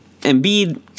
Embiid